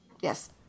Yes